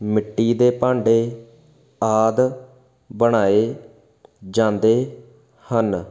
ਮਿੱਟੀ ਦੇ ਭਾਂਡੇ ਆਦਿ ਬਣਾਏ ਜਾਂਦੇ ਹਨ